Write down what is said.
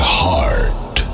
heart